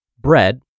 Bread